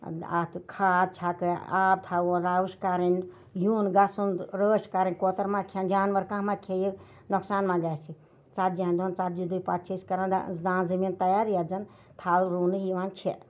اَتھ کھاد چھَکٕنۍ آب تھَوُن راوٕچھ کَرٕنۍ یُن گژھُن رٲچھ کَرٕنۍ کوتَر ما کھیٚن جانوَر کانٛہہ ما کھیٚیہِ نۄقصان ما گژھِ ژتجی ہَن دۄہَن ژتجی دۄہہِ پَتہٕ چھِ أسۍ کَران دانہِ زٔمیٖن تیار یَتھ زَن تھَل رُونہٕ یِوان چھِ